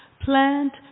Plant